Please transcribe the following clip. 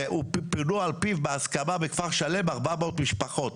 ופונו על פיו בהסכמה מכפר שלם 400 משפחות,